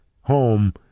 home